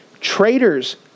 Traitors